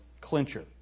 clincher